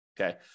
okay